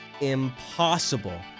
impossible